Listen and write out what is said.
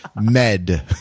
med